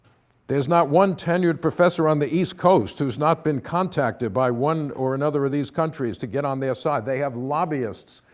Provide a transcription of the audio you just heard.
there is not one tenured professor on the east coast who has not been contacted by one or another of these countries to get on their side. they have lobbyists,